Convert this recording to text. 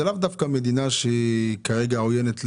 זה לאו דווקא מדינה שהיא כרגע עוינת לאוקראינה,